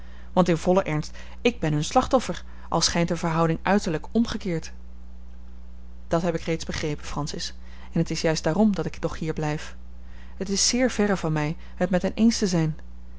want in vollen ernst ik ben hun slachtoffer al schijnt de verhouding uiterlijk omgekeerd dat heb ik reeds begrepen francis en het is juist daarom dat ik nog hier blijf het is zeer verre van mij het met hen eens te zijn